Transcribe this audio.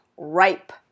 Ripe